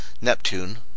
Neptune